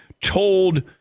told